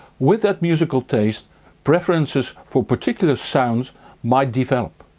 with that musical taste preferences for particular sound might develop.